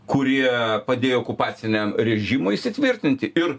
kurie padėjo okupaciniam režimui įsitvirtinti ir